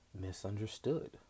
misunderstood